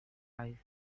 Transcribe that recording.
eyes